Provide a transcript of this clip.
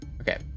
Okay